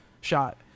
shot